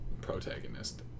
protagonist